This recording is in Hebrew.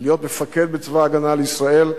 ולהיות מפקד בצבא-הגנה לישראל,